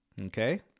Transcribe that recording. Okay